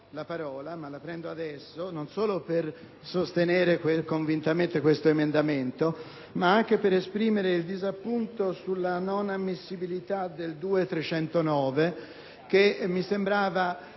la parola, ma la prendo adesso, non solo per sostenere convintamente questo emendamento 2.135, ma anche per esprimere il disappunto sulla non ammissibilitadell’emendamento 2.309, che mi sembrava